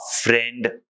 friend